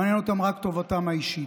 מעניין אותם רק טובתם האישית.